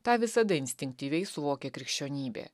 tą visada instinktyviai suvokė krikščionybė